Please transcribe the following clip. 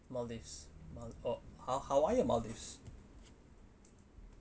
maldives mal~ oh ha~ hawaii or maldives